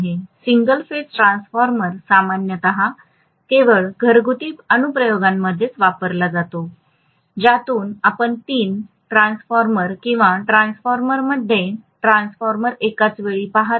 single phase transformer सामान्यत केवळ घरगुती अनुप्रयोगांमध्येच वापरला जातो ज्यातून आपण तीन ट्रान्सफॉर्मर किंवा ट्रान्सफॉर्मरमध्ये ट्रान्सफॉर्मर एकाच वेळी पाहता